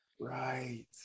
right